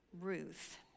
Ruth